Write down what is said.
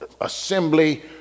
assembly